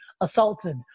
assaulted